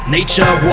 Nature